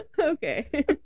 Okay